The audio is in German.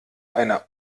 einer